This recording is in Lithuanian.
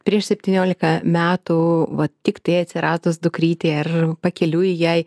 prieš septyniolika metų va tiktai atsiradus dukrytei ar pakeliui jai